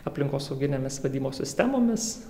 aplinkosauginėmis vadymo sistemomis